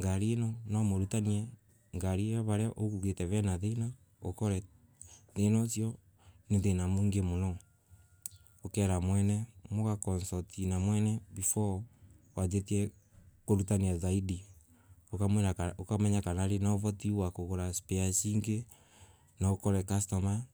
ngari ino mwamorutanie ngari inovaria ugate venathano okare thana ucio ni thina mwingi muno, ukera mwene mugaconsulti na mwene mugaconsulti na mwene before wanjitie karutania Zaidi okamwira kana okamenya ari na avuti wa kugora spare siingay nwa okore customer.